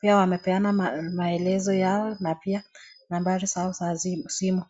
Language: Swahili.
Pia wamepeana maelezo yao na pia nambari zao za simu.